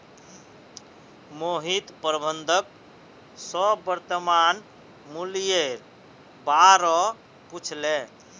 मोहित प्रबंधक स वर्तमान मूलयेर बा र पूछले